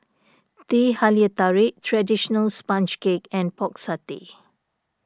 Teh Halia Tarik Traditional Sponge Cake and Pork Satay